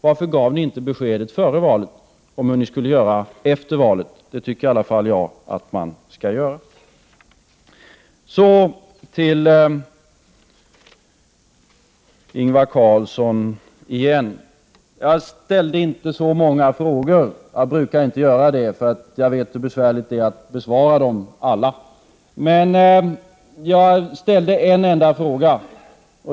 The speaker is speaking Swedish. Varför gav ni inte besked före valet om hur ni skulle göra efter valet? Det tycker i alla fall jag att man skall göra. Så till Ingvar Carlsson igen. Jag ställde inte så många frågor. Jag brukar inte göra det, för jag vet hur besvärligt det är att besvara dem alla, men jag ställde en enda fråga.